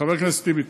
חבר הכנסת טיבי,